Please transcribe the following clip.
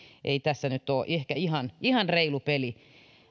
ei tässä nyt ole ehkä ihan ihan reilu peli